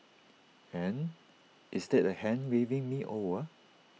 and is that A hand waving me over